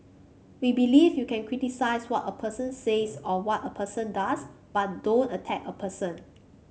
we believe you can criticise what a person says or what a person does but don't attack a person